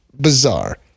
Bizarre